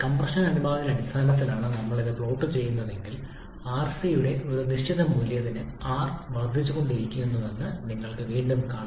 compression അനുപാതത്തിന്റെ അടിസ്ഥാനത്തിലാണ് ഞങ്ങൾ ഇത് പ്ലോട്ട് ചെയ്യുന്നതെങ്കിൽ rc യുടെ ഒരു നിശ്ചിത മൂല്യത്തിന് r വർദ്ധിച്ചുകൊണ്ടിരിക്കുന്നുവെന്ന് നിങ്ങൾ വീണ്ടും കാണും